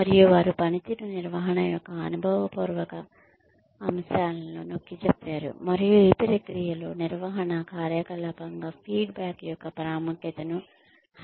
మరియు వారు పనితీరు నిర్వహణ యొక్క అనుభవపూర్వక అంశాలను నొక్కిచెప్పారు మరియు ఈ ప్రక్రియలో నిర్వహణ కార్యకలాపంగా ఫీడ్బ్యాక్ యొక్క ప్రాముఖ్యతను హైలైట్ చేశారు